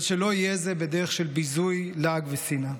אבל שלא יהיה זה בדרך של ביזוי, לעג ושנאה.